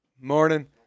Morning